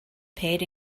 paid